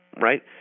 right